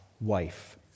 wife